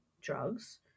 drugs